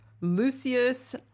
Lucius